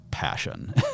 passion